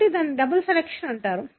కాబట్టి దీనిని double selection అంటారు